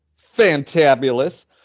Fantabulous